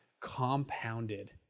compounded